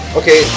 okay